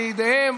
לילדיהם.